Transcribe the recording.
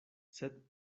sed